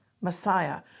Messiah